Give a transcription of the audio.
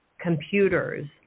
computers